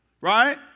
right